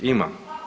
Ima.